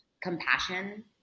compassion